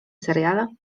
seriale